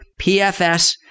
PFS